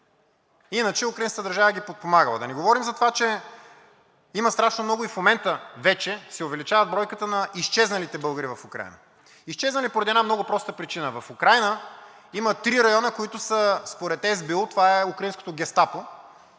Иначе украинската държава ги подпомагала. Да не говорим за това, че има страшно много и в момента вече се увеличава бройката на изчезналите българи в Украйна. Изчезнали поради една много проста причина – в Украйна има три района, които според СБУ – това е украинското Гестапо,